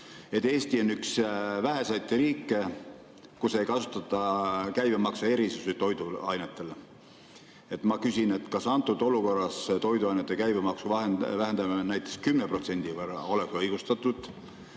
Eesti on üks väheseid riike, kus ei kasutata käibemaksuerisusi toiduainetele. Kas antud olukorras toiduainete käibemaksu vähendamine näiteks 10% võrra oleks õigustatud?